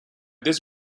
this